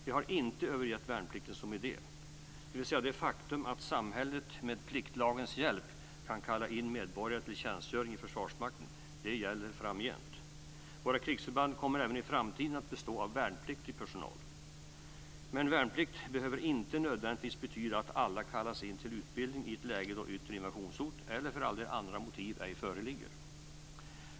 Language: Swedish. Vi har inte övergett värnplikten som idé, dvs. det faktum att samhället med pliktlagens hjälp kan kalla in medborgare till tjänstgöring i Försvarsmakten. Det gäller framgent. Våra krigsförband kommer även i framtiden att bestå av värnpliktig personal. Men "värnplikt" behöver inte nödvändigtvis betyda att alla kallas in till utbildning i ett läge då yttre invasionshot, eller för all del andra motiv, ej föreligger.